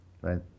right